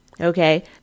okay